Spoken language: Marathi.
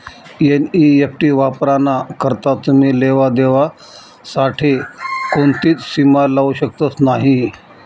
एन.ई.एफ.टी वापराना करता तुमी लेवा देवा साठे कोणतीच सीमा लावू शकतस नही